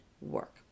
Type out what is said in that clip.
work